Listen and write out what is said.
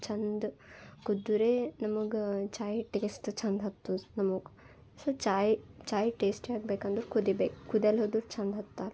ಚಂದ ಕುದ್ದರೇ ನಮಗೆ ಚಾಯ್ ಟೇಸ್ಟ್ ಛಂದ ಹತ್ತುದು ನಮಗೆ ಸೊ ಚಾಯ್ ಚಾಯ್ ಟೆಸ್ಟಿ ಆಗ್ಬೇಕಂದ್ರೆ ಕುದಿಬೇಕು ಕುದ್ಯಲ್ಹೋದ್ರೆ ಛಂದ ಹತ್ತಾಲ್ಲ